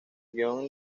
guion